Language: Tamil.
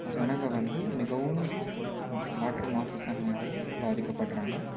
ஜனங்கள் வந்து மிகவும் காற்று மாசுத்தன்மையால் பாதிக்கப்படுறாங்க